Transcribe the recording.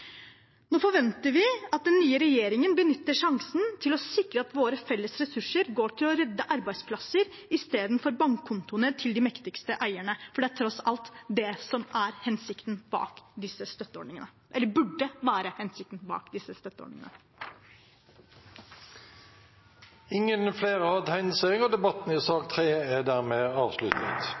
Nå forventer vi at den nye regjeringen benytter sjansen til å sikre at våre felles ressurser går til å redde arbeidsplasser i stedet for bankkontoene til de mektigste eierne. Det er tross alt det som er hensikten bak disse støtteordningene – eller som burde være hensikten bak disse støtteordningene. Flere har ikke bedt om ordet til sak nr. 3. Stortinget er